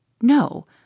No